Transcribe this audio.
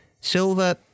silver